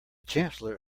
chancellor